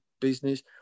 business